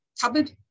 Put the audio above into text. cupboard